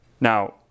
Now